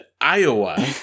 Iowa